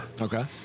Okay